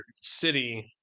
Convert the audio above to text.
city